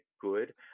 good